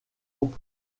ample